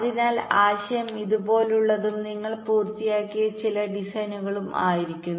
അതിനാൽ ആശയം ഇതുപോലുള്ളതും നിങ്ങൾ പൂർത്തിയാക്കിയ ചില ഡിസൈനുകളും ആയിരുന്നു